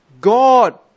God